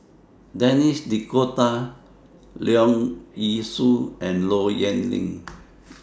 Denis D'Cotta Leong Yee Soo and Low Yen Ling